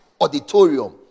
auditorium